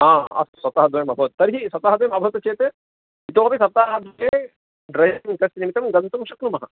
अस्तु सप्ताहद्वयम अभवत् तर्हि सप्ताहद्वयम् अभत् चेत् इतोमपि सप्ताहान्ते ड्रैविङ्ग् तस्य निमितं गन्तुं शक्नुमः